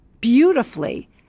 beautifully